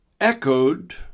echoed